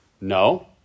No